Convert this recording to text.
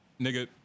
Nigga